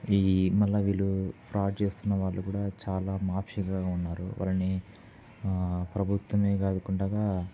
ఈ మళ్ళీ వీళ్ళు ఫ్రాడ్ చేస్తున్న వాళ్ళు కూడా చాలా మాషిగా ఉన్నారు వాళ్ళని ప్రభుత్వమే కాదు కదా